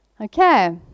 Okay